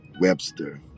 Webster